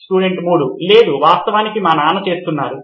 student 3 లేదు వాస్తవానికి మా నాన్నచేస్తున్నారు